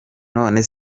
none